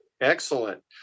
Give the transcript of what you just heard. Excellent